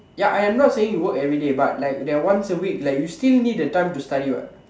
ya I am not saying you work everyday but like that once a week like you still need the time to study what